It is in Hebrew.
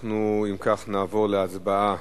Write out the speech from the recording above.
אנחנו, אם כך, נעבור להצבעה